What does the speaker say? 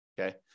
okay